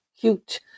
cute